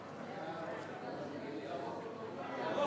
סעיפים 1